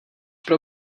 pro